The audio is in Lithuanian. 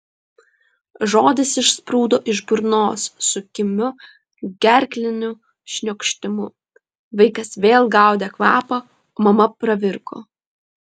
žodis išsprūdo iš burnos su kimiu gerkliniu šniokštimu vaikas vėl gaudė kvapą o mama pravirko